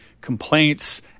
complaints